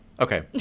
Okay